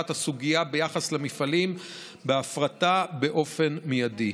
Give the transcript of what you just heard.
הסוגיה ביחס למפעלים בהפרטה באופן מיידי.